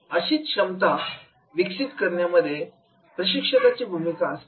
अशीच क्षमता विकसित करण्यामध्ये प्रशिक्षकाची भूमिका असते